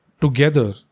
together